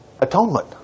Atonement